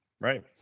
right